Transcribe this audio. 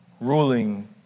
ruling